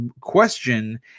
question